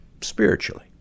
spiritually